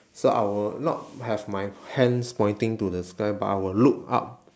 so I will not have my hands pointing to the sky but I will look up